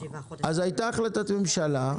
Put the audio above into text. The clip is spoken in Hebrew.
הייתה החלטת ממשלה,